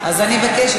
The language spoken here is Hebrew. אז אני מבקשת.